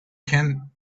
can